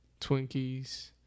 Twinkies